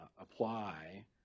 apply